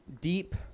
deep